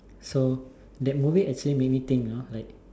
so that movie actually made me think you know like